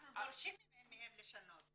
אנחנו דורשים מהם לשנות.